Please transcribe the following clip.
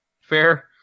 Fair